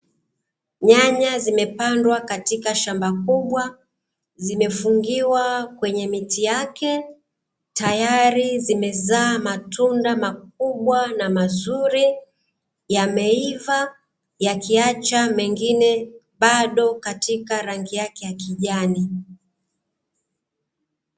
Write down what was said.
Nyanya zimepandwa katika shamba kubwa, zimefungiwa kwenye miti yake, tayari zimezaa matunda makubwa na mazuri, yameiva, yakiacha mengine bado katika rangi yake ya kijani.